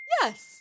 yes